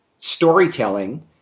storytelling